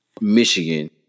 Michigan